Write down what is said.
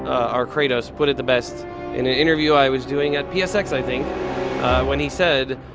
our kratos, put it the best in an interview i was doing at psx i think when he said,